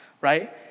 right